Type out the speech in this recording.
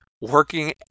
working